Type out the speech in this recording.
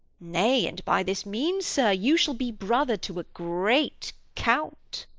nay, and by this means, sir, you shall be brother to a great count.